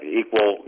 equal